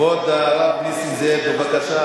כבוד הרב נסים זאב, בבקשה.